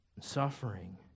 suffering